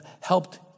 helped